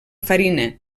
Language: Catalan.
farina